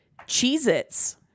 Cheez-Its